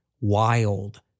wild